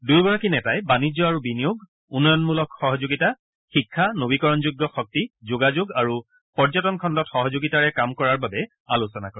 দুয়োগৰাকী নেতাই বাণিজ্য আৰু বিনিয়োগ উন্নয়নমূলক সহযোগিতা শিক্ষা নৱীকৰণযোগ্য শক্তি যোগাযোগ আৰু পৰ্যটন খণ্ডত সহযোগিতাৰে কাম কৰাৰ বাবে আলোচনা কৰে